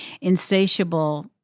insatiable